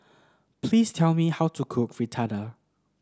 please tell me how to cook Fritada